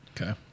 Okay